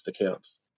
accounts